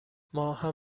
ماهم